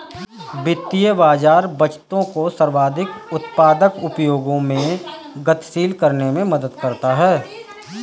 वित्तीय बाज़ार बचतों को सर्वाधिक उत्पादक उपयोगों में गतिशील करने में मदद करता है